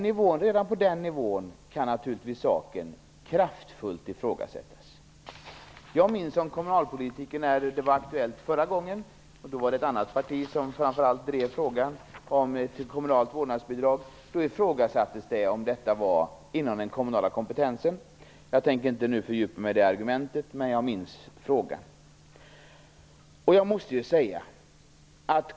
Redan på den nivån kan naturligtvis saken kraftfullt ifrågasättas. När det var aktuellt förra gången - då var det ett annat parti som framför allt drev frågan om kommunalt vårdnadsbidrag - minns jag att det ifrågasattes om detta var inom den kommunala kompetensen. Jag tänker inte nu fördjupa mig i det argumentet, men jag minns frågan.